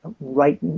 right